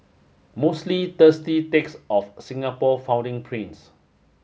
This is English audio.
mostly thirsty takes of Singapore founding prince